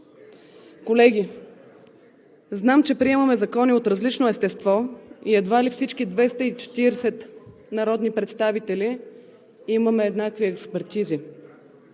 Колеги, знам, че приемаме закони от различно естество и едва ли всички 240 народни представители имаме еднакви експертизи.